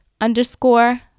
underscore